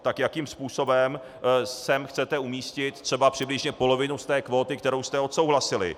Tak jakým způsobem sem chcete umístit přibližně polovinu z té kvóty, kterou jste odsouhlasili?